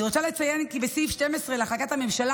אני רוצה לציין כי בסעיף 12 להחלטת הממשלה